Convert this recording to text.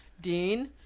dean